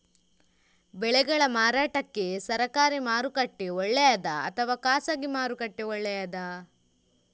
ಬೆಳೆಗಳ ಮಾರಾಟಕ್ಕೆ ಸರಕಾರಿ ಮಾರುಕಟ್ಟೆ ಒಳ್ಳೆಯದಾ ಅಥವಾ ಖಾಸಗಿ ಮಾರುಕಟ್ಟೆ ಒಳ್ಳೆಯದಾ